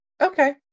Okay